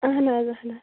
اہن حظ